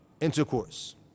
intercourse